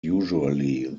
usually